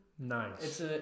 Nice